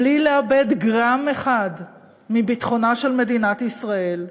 בלי לאבד גרם אחד מביטחונה של מדינת ישראל,